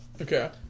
Okay